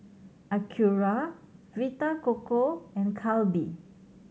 Acura Vita Coco and Calbee